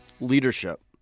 Leadership